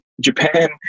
Japan